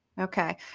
Okay